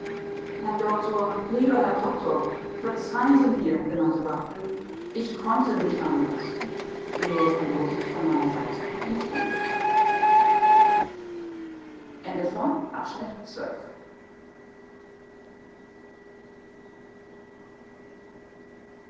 herr doktor lieber herr doktor verzeihen sie mir wimmerte barthel ich konnte nicht anders er verlor sich von meiner seite ins dunkel